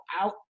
out